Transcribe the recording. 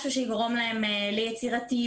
משהו שיגרום להם ליצירתיות,